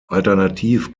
alternativ